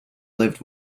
lived